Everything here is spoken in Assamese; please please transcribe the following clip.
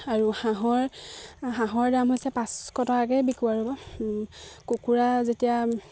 আৰু হাঁহৰ হাঁহৰ দাম হৈছে পাঁচশ টকাকে বিকো আৰু কুকুৰা যেতিয়া